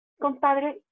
compadre